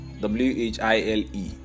W-H-I-L-E